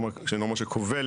לא הוצג חוק עזר מ-"שטוטגארט"